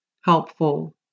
helpful